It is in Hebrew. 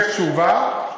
יש תשובה,